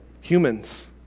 humans